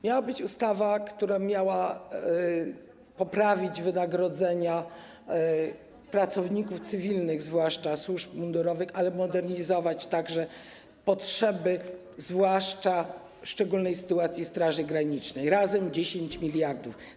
Miała być ustawa, która miała poprawić wynagrodzenia pracowników cywilnych, zwłaszcza służb mundurowych, a zwłaszcza modernizować potrzeby będącej w szczególnej sytuacji Straży Granicznej - razem 10 mld zł.